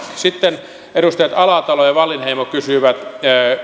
sitten edustajat alatalo ja wallinheimo kysyivät